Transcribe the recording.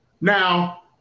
now